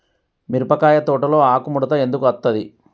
మిరపకాయ తోటలో ఆకు ముడత ఎందుకు అత్తది?